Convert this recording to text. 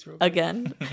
again